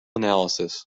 analysis